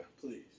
Please